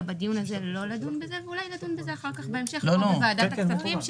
בדיון הזה לא לדון בזה ואולי לדון בזה אחר כך בהמשך פה בוועדת הכספים,